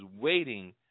waiting